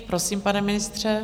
Prosím, pane ministře.